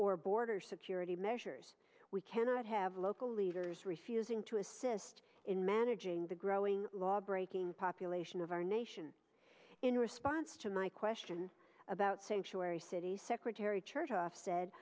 or border security measures we cannot have local leaders refusing to assist in managing the growing lawbreaking population of our nation in response to my question about sanctuary cities secretary chertoff said